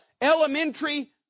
elementary